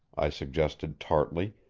i suggested tartly,